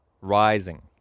rising